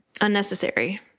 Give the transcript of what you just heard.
unnecessary